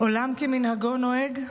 עולם כמנהגו נוהג.